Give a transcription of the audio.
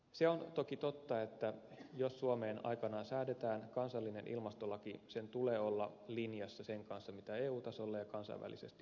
se on toki totta että jos suomeen aikanaan säädetään kansallinen ilmastolaki sen tulee olla linjassa sen kanssa mitä eu tasolle ja kansainvälisesti on sovittu